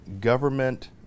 government